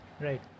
right